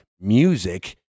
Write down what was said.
music